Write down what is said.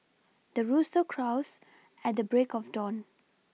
the rooster crows at the break of dawn